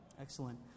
Excellent